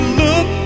look